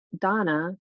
Donna